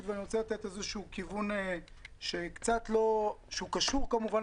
ואני רוצה לתת איזה כיוון שהוא קשור כמובן